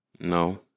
No